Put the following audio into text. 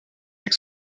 avec